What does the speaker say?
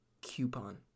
coupon